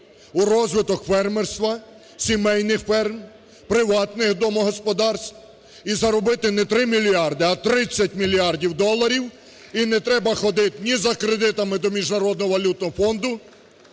у розвиток фермерства, сімейних ферм, приватних домогосподарств і заробити не 3 мільярди, а 30 мільярдів доларів і не треба ходити ні за кредитами до Міжнародного валютного фонду,